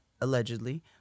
allegedly